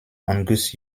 angus